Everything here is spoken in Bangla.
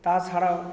তাছাড়াও